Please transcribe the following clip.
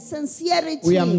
Sincerity